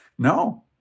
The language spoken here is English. No